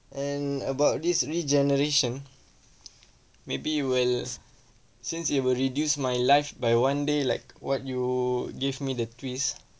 and about this regeneration maybe well since it will reduce my life by one day like what you give me the twist